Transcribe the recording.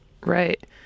Right